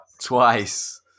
Twice